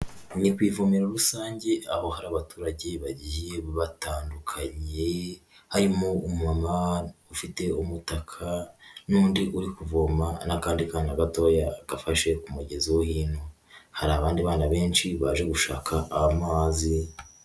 Ni ku ivomero rusange aho hari abaturage bagiye batandukanye, harimo umumama ufite umutaka, n'undi uri kuvoma, n'akandi kana gatoya gafashe ku mugezi wo hino, hari abandi bana benshi baje gushaka amazi.